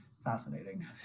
fascinating